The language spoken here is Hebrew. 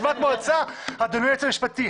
אדוני היועץ המשפטי,